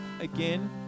again